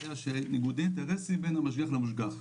זה בגלל ניגודי אינטרסים בין המשגיח למושג.